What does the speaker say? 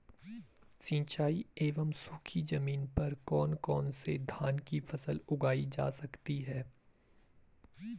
सिंचाई एवं सूखी जमीन पर कौन कौन से धान की फसल उगाई जा सकती है?